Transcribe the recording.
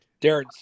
Darren